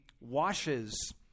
washes